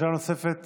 שאלה נוספת